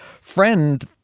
friend